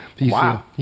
Wow